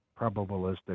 probabilistic